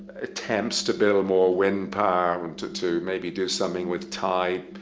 attempts to build more wind power and to to maybe do something with tide.